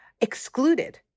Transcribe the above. excluded